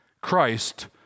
Christ